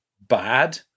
bad